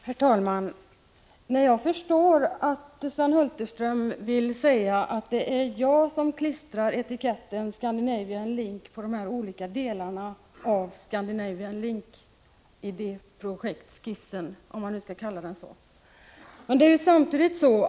Herr talman! Jag förstår att Sven Hulterström vill göra gällande att det är jag som klistrar etiketten Scandinavian Link på de här olika delarna av projektskissen över Scandinavian Link.